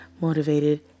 motivated